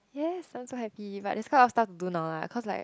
yes it sounds lucky but this kind of stuff do not lah cause like